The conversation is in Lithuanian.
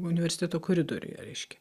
universiteto koridoriuje reiškia